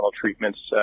treatment's